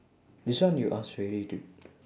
this one you ask already dude